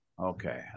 Okay